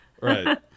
Right